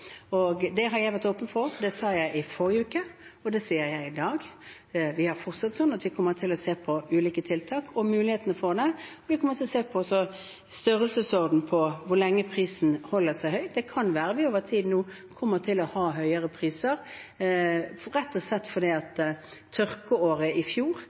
Det har jeg vært åpen for. Det sa jeg i forrige uke, og det sier jeg i dag. Vi kommer også til å se på mulighetene for ulike tiltak. Vi kommer også til å se på størrelsesorden og hvor lenge prisen holder seg høy. Det kan være at vi over tid nå kommer til å ha høyere priser, rett og slett fordi tørkeåret i fjor, kombinert med mindre nedbør i fjellet i vinter, kan komme til å gjøre at dette varer lenger. I fjor,